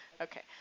okay